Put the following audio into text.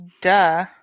Duh